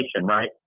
right